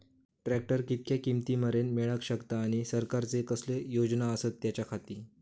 Tractor कितक्या किमती मरेन मेळाक शकता आनी सरकारचे कसले योजना आसत त्याच्याखाती?